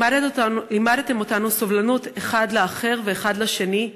לימדתם אותנו סובלנות, אחד לאחר ואחד לשני,